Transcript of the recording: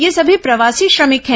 ये सभी प्रवासी श्रमिक हैं